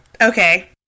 Okay